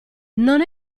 non